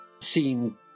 seem